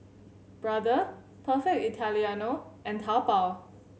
Brother Perfect Italiano and Taobao